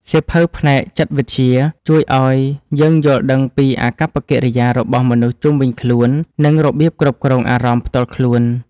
សៀវភៅផ្នែកចិត្តវិទ្យា ជួយឱ្យយើងយល់ដឹងពីអាកប្បកិរិយារបស់មនុស្សជុំវិញខ្លួន និងរបៀបគ្រប់គ្រងអារម្មណ៍ផ្ទាល់ខ្លួន។